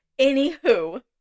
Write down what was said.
Anywho